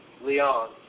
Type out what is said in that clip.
Leon